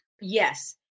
Yes